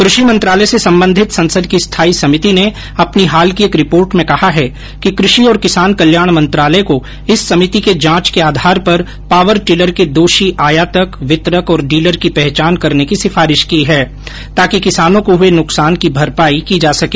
कृषि मंत्रालय से संबंधित संसद की स्थायी समिति ने अपनी हाल की एक रिपोर्ट में कहा है कि कृषि और किसान कल्याण मंत्रालय को इस समिति के जांच के आधार पर पावर टिलर के दोषी आयातक वितरक और डीलर की पहचान करने की सिफारिश की है ताकि किसानों हुए नुकसान की भरपायी की जा सके